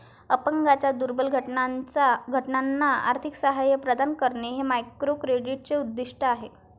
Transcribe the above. अपंगांच्या दुर्बल घटकांना आर्थिक सहाय्य प्रदान करणे हे मायक्रोक्रेडिटचे उद्दिष्ट आहे